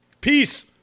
Peace